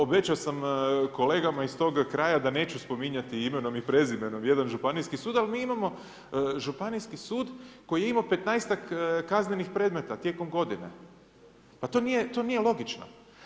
Obećao sam kolegama iz tog kraja da neću spominjati imenom i prezimenom jedan županijski sud, ali mi imamo županijski sud koji je imao petnaestak kaznenih predmeta tijekom godine, pa to nije logično.